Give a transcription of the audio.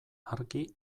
argi